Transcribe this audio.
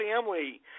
family